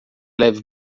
leve